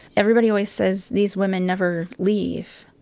everybody always says these women never leave.